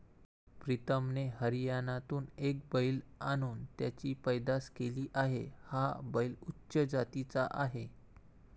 प्रीतमने हरियाणातून एक बैल आणून त्याची पैदास केली आहे, हा बैल उच्च जातीचा आहे